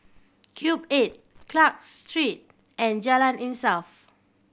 Cube Eight Clarke Street and Jalan Insaf